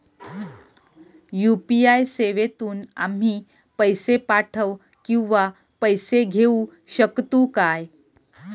UPI सेवेतून आम्ही पैसे पाठव किंवा पैसे घेऊ शकतू काय?